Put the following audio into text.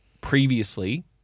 Previously